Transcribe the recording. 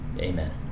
Amen